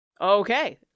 Okay